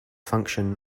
function